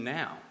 now